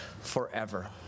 forever